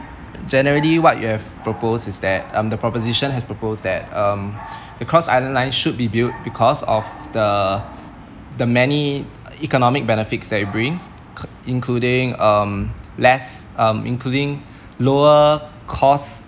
generally what you have proposed is that um the proposition has proposed that um the cross island line should be built because of the the many economic benefits that it brings k~ including um less um including lower cost